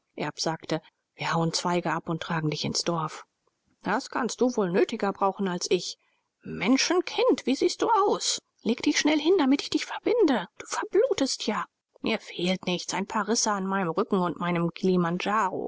erb sagte wir hauen zweige ab und tragen dich ins dorf das kannst du wohl nötiger brauchen als ich menschenkind wie siehst du aus leg dich schnell hin damit ich dich verbinde du verblutest ja mir fehlt nichts ein paar risse an meinem rücken und meinem